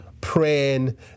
praying